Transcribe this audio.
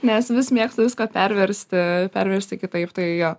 nes vis mėgstu viską perversti perversti kitaip tai jo